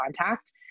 contact